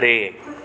टे